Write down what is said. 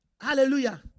Hallelujah